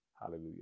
Hallelujah